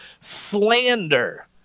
slander